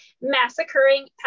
massacring